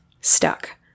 stuck